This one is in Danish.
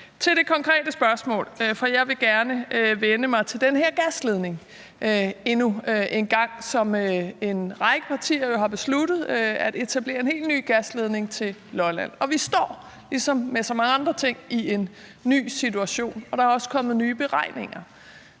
til det konkrete spørgsmål. Jeg vil endnu en gang gerne vende mig mod den her helt nye gasledning til Lolland, som en række partier har besluttet at etablere. Vi står ligesom med så mange andre ting i en ny situation, og der er også kommet nye beregninger.